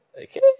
Okay